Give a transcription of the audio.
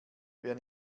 wer